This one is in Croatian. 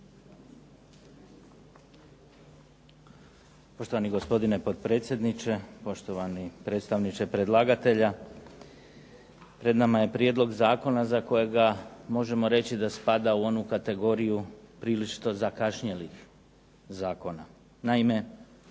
Poštovani gospodine potpredsjedniče, poštovani predstavniče predlagatelja. Pred nama je prijedlog zakona za kojega možemo reći da spada u onu kategoriju priličito zakašnjelih zakona. Naime,